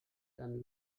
dann